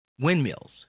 windmills